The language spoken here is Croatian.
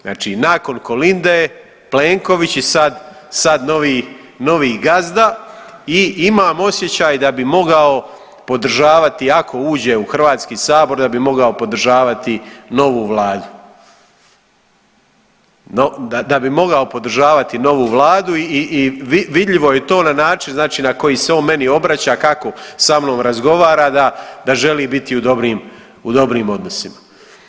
Znači, nakon Kolinde Plenković i sad novi gazda i imam osjećaj da bi mogao podržavati ako uđe u Hrvatski sabor, da bi mogao podržavati novu Vladu, da bi mogao podržavati novu Vladu i vidljivo je to na način, znači na koji se on meni obraća kako sa mnom razgovara da želi biti u dobrim odnosima.